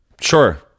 Sure